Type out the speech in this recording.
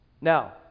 Now